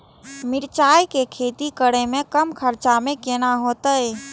मिरचाय के खेती करे में कम खर्चा में केना होते?